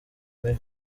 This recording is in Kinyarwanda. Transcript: mibi